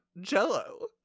Jello